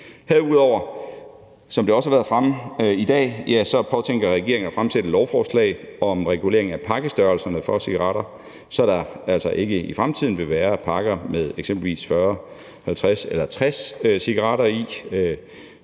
regeringen, som det også har været fremme i dag, at fremsætte et lovforslag om regulering af pakkestørrelserne for cigaretter, så der altså ikke i fremtiden vil være pakker med eksempelvis 40, 50 eller 60 cigaretter i.